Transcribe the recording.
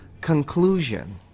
conclusion